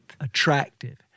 attractive